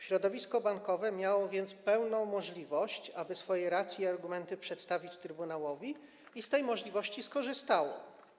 Środowisko bankowe miało więc pełną możliwość, aby swoje racje i argumenty przedstawić Trybunałowi, i z tej możliwości skorzystało.